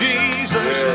Jesus